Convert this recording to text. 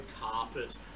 carpet